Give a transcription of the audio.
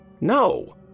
No